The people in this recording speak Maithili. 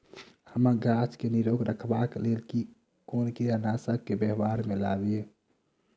आमक गाछ केँ निरोग रखबाक लेल केँ कीड़ानासी केँ व्यवहार मे लाबी?